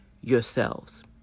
yourselves